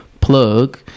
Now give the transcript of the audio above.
plug